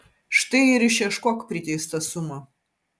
štai ir išieškok priteistą sumą